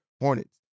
Hornets